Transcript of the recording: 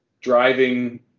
driving